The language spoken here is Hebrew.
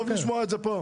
טוב לשמוע את זה פה.